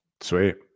Sweet